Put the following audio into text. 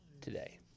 today